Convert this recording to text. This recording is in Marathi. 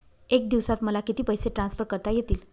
एका दिवसात मला किती पैसे ट्रान्सफर करता येतील?